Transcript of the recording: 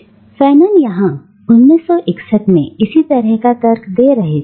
और फैनॉन यहां 1961 में इसी तरह का तर्क दे रहे थे